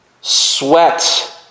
sweat